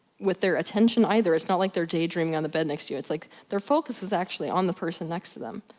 with their attention either. it's not like they're daydreaming on the bed next to you. it's like, their focus is actually on the person next to them.